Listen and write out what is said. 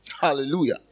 Hallelujah